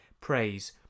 praise